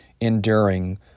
enduring